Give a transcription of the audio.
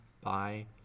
bye